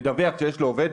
מדווח שיש לו עובד,